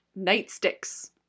nightsticks